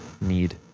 need